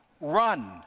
run